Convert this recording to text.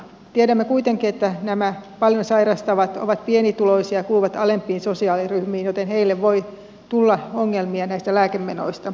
tiedämme kuitenkin että nämä paljon sairastavat ovat pienituloisia kuuluvat alempiin sosiaaliryhmiin joten heille voi tulla ongelmia näistä lääkemenoista